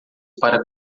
para